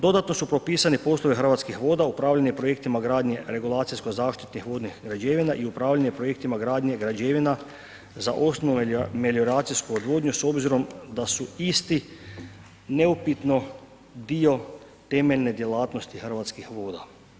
Dodatno su propisani poslovi Hrvatskih voda, upravljanje projektima gradnje regulacijsko-zaštitnih građevina i upravljanje projektima gradnje i građevina za osnove melioracijske odvodnje s obzirom da su isti neupitno dio temeljne djelatnosti Hrvatskih voda.